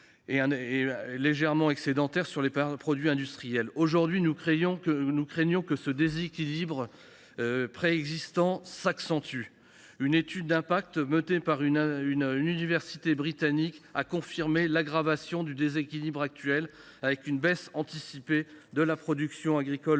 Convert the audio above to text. et légèrement excédentaire sur les produits industriels. Aujourd’hui, nous craignons que ce déséquilibre préexistant ne s’accentue. Une étude d’impact menée par une université britannique a confirmé l’aggravation du déséquilibre actuel, une baisse anticipée de la production agricole